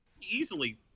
easily